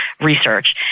research